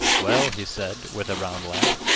well, he said, with a round laugh,